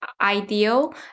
ideal